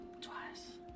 Twice